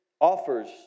offers